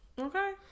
Okay